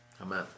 Amen